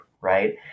right